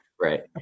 Right